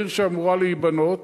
העיר שאמורה להיבנות,